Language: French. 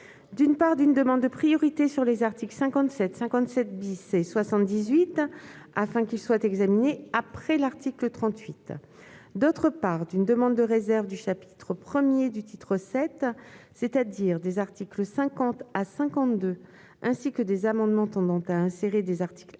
d'une part, d'une demande de priorité sur les articles 57, 57 et 78 afin qu'ils soient examinés après l'article 38, d'autre part, d'une demande de réserve du chapitre I du titre VII, c'est-à-dire des articles 50 à 52, ainsi que des amendements tendant à insérer des articles